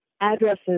addresses